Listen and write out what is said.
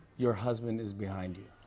your husband is behind you.